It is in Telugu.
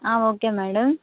ఆ ఓకే మేడం